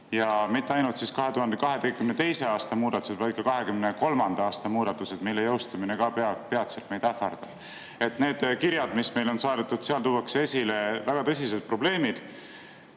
Mitte ainult 2022. aasta muudatused, vaid ka 2023. aasta muudatused, mille jõustumine ka peatselt meid ähvardab. Neis kirjades, mis meile on saadetud, tuuakse esile väga tõsised probleemid,